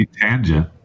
tangent